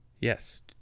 Yes